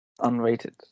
unrated